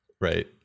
Right